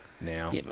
now